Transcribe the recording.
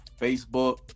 Facebook